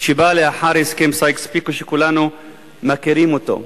שבאה לאחר הסכם סייקס-פיקו, שכולנו מכירים אותו.